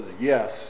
yes